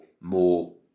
more